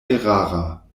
erara